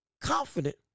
confident